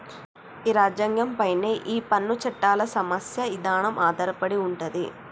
మన రాజ్యంగం పైనే ఈ పన్ను చట్టాల సమస్య ఇదానం ఆధారపడి ఉంటది